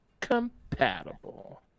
compatible